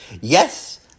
Yes